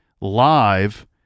live